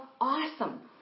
awesome